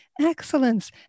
excellence